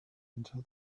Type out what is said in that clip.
until